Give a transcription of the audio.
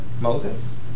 Moses